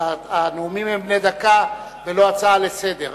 הנאומים הם בני דקה ולא הצעה לסדר-היום.